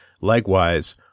Likewise